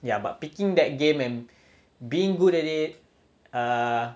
ya but picking that game and being good at it err